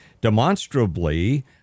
demonstrably